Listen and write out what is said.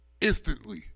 Instantly